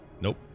nope